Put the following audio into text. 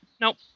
nope